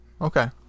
Okay